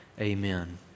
amen